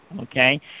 Okay